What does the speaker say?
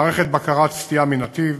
מערכת בקרת סטייה מנתיב,